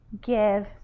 give